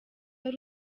ari